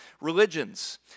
religions